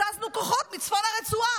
הזזנו כוחות מצפון הרצועה.